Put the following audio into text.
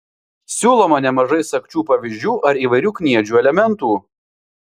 siūloma nemažai sagčių pavyzdžių ar įvairių kniedžių elementų